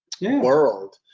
world